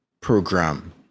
program